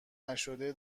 نشده